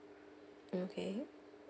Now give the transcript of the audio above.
okay